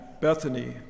Bethany